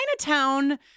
Chinatown